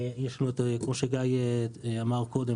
כמו שגיא אמר קודם,